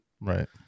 Right